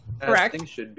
Correct